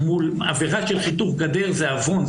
עבירה של חיתוך גדר זה עוון.